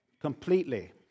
Completely